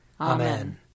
Amen